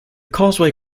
causeway